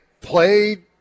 played